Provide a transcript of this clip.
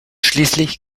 schließlich